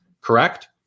correct